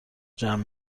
جمع